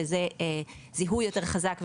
שמצריך זיהוי יותר חזק וכו'.